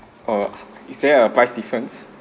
err is there a price difference